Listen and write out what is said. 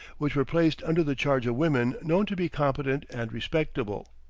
which were placed under the charge of women known to be competent and respectable.